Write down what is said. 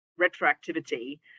retroactivity